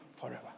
forever